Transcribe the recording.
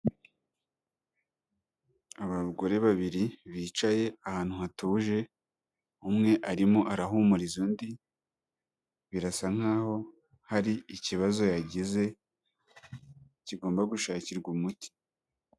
Abagore babiri bicaye ahantu hatuje, umwe arimo arahumuriza undi, birasa nk'aho hari ikibazo yagize kigomba gushakirwa umuti.